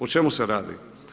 O čemu se radi?